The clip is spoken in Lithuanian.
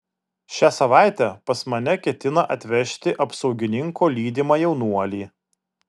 šią savaitę pas mane ketina atvežti apsaugininko lydimą jaunuolį